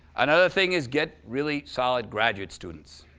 another thing is, get really solid graduate students.